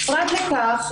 פרט לכך,